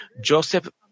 Joseph